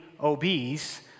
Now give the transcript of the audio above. obese